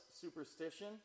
superstition